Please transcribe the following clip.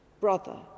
brother